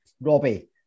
Robbie